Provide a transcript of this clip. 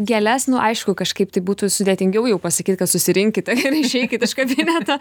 gėles aišku kažkaip tai būtų sudėtingiau jau pasakyt kad susirinkite ir išeikit iš kabineto